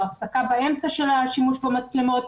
או הפסקה באמצע של השימוש במצלמות.